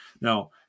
Now